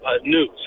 news